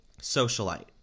socialite